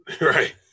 Right